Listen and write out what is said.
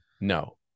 no